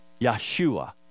Yeshua